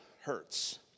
hurts